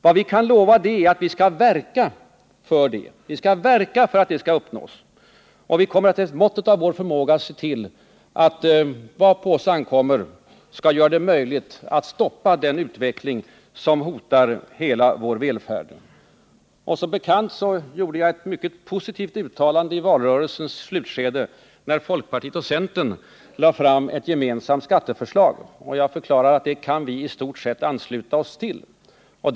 Vad vi kan lova är att vi skall verka för detta.” Vi skall alltså verka för att detta skall uppnås, och vi kommer efter måttet av vår förmåga att göra vad på oss ankommer för att det skall bli möjligt att stoppa den utveckling som hotar hela vår välfärd. Som bekant gjorde jag ett klart uttalande i valrörelsens slutskede. När folkpartiet och centern lade fram ett gemensamt skatteförslag förklarade jag att vi kan i stort sett ansluta oss till det.